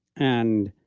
and,